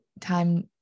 time